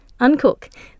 Uncook